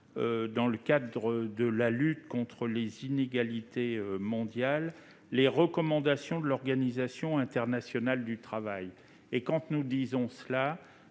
dans le cadre de la lutte contre les inégalités mondiales, les recommandations de l'Organisation internationale du travail, l'OIT. Il est bien